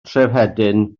trefhedyn